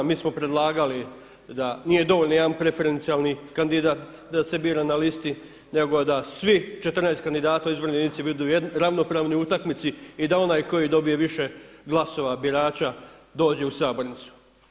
Mi smo predlagali da nije dovoljan jedan preferencijalni kandidat da se bira na listi nego da svih 14 kandidata u izbornoj jedinici budu ravnopravni u utakmici i da onaj koji dobije više glasova birača dođe u sabornicu.